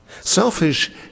Selfish